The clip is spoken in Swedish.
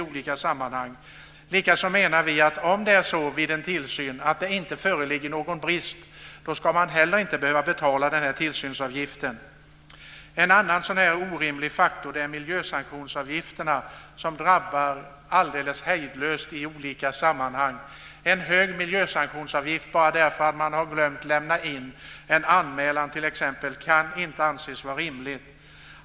Vi menar också att om det vid en tillsyn inte föreligger någon brist ska man inte behöva betala tillsynsavgiften. En annan orimlig faktor är miljösanktionsavgifterna, som drabbar alldeles hejdlöst i olika sammanhang. Det kan inte anses vara rimligt att man ska betala en hög miljösanktionsavgift bara därför att man t.ex. har glömt att lämna in en anmälan.